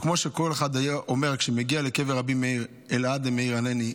כמו שכל אחד אומר כשהוא מגיע לקבר רבי מאיר: "אלהא דרבי מאיר ענני,